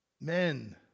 Men